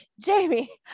Jamie